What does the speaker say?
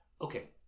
Okay